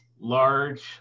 large